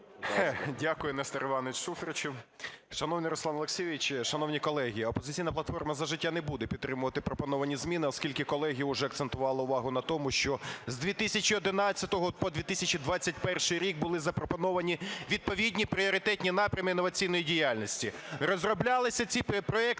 Дякую Нестору Івановичу Шуфричу. Шановний Руслане Олексійовичу, шановні колеги! "Опозиційна платформа – За життя" не буде підтримувати пропоновані зміни, оскільки колеги вже акцентували увагу на тому, що з 2011 по 2021 рік були запропоновані відповідні пріоритетні напрями інноваційної діяльності. Розроблялися ці проекти